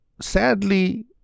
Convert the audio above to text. sadly